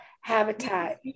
habitat